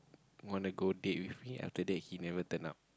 wanna go date with me after that he never turn up